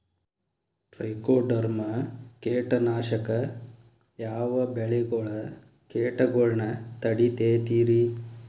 Trichoderma ಕೇಟನಾಶಕ ಯಾವ ಬೆಳಿಗೊಳ ಕೇಟಗೊಳ್ನ ತಡಿತೇತಿರಿ?